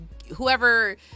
Whoever